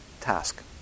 task